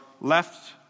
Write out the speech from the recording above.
left